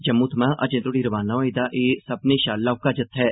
जम्मू थमां अजें तोहड़ी रवाना होए दा एह् सब्मनें शा लौहका जत्था ऐ